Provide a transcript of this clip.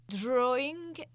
drawing